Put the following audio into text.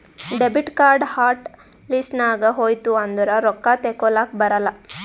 debit card hot list ನಾಗ್ ಹೋಯ್ತು ಅಂದುರ್ ರೊಕ್ಕಾ ತೇಕೊಲಕ್ ಬರಲ್ಲ